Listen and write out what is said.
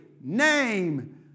name